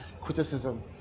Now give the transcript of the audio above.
criticism